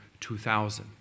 2000